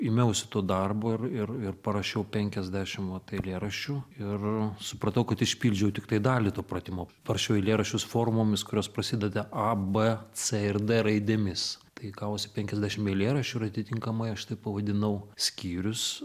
imiausi to darbo ir ir ir parašiau penkiasdešim va eilėraščių ir supratau kad išpildžiau tiktai dalį to pratimo parašiau eilėraščius formomis kurios prasideda a b c ir d raidėmis tai gavosi penkiasdešim eilėraščių ir atitinkamai aš taip pavadinau skyrius